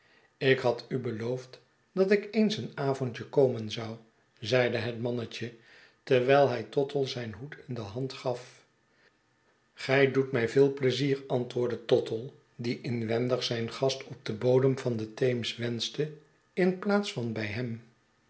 ik had u beloofd dat ik eens een avondje komen zou zeide het mannetje terwijl hij tottle zijn hoed in de hand gaf g-y doet mij veel pleizier antwoordde tottle die inwendig zijn gast op den bodem van de theems wenschte in plaats van bij hem